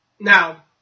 Now